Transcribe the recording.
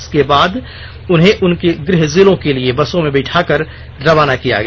इसके बाद उन्हें उनके गृह जिलों के लिए बसों में बैठाकर रवाना किया गया